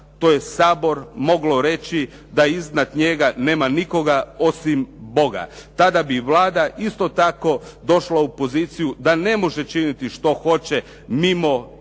to je Sabor, moglo reći da iznad njega nema nikoga osim Boga. Tada bi Vlada isto tako došla u poziciju da ne može činiti što hoće mimo i